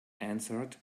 answered